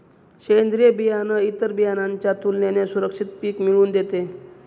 सेंद्रीय बियाणं इतर बियाणांच्या तुलनेने सुरक्षित पिक मिळवून देते